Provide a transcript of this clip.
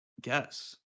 Guess